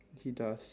he does